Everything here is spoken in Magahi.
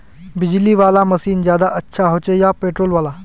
बिजली वाला मशीन ज्यादा अच्छा होचे या पेट्रोल वाला?